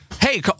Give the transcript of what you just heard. Hey